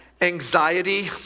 anxiety